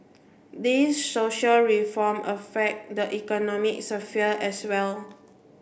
these social reform affect the economic sphere as well